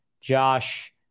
josh